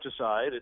aside